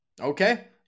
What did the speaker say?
Okay